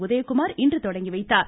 உதயகுமார் இன்று தொடங்கி வைத்தார்